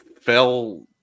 fell